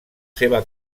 seva